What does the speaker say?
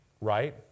right